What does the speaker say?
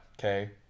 okay